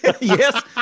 yes